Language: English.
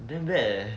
damn bad eh